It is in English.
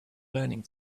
learning